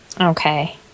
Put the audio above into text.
Okay